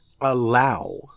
allow